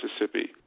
Mississippi